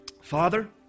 Father